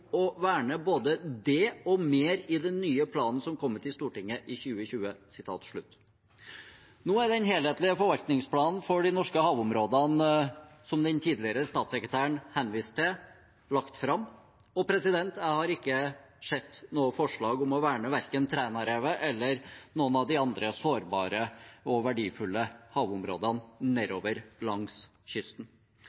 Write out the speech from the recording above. å verne både det og mer i den nye planen som kommer til Stortinget i 2020». Nå er den helhetlige forvaltningsplanen for de norske havområdene som den tidligere statssekretæren henviste til, lagt fram, og jeg har ikke sett noe forslag om å verne verken Trænarevet eller noen av de andre sårbare og verdifulle havområdene